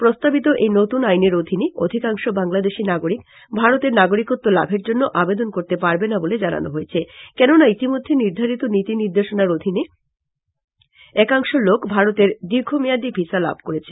প্রস্তাবিত এই নতুন আইনের অধীনে অধিকাংশ বাংলাদেশী নাগরিক ভারতের নাগরিকত্ব লাভের জন্য আবেদন করতে পারবে না বলে জানানো হয়েছে কেননা ইতিমধ্যে নির্ধারিত নীতি নির্দেশনার অধীনে একাংশ লোক ভারতের দীর্ঘমেয়াদী ভিসা লাভ করেছে